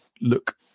look